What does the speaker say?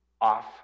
off